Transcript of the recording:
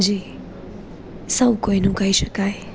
જે સૌ કોઈનું કહી શકાય